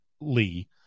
lee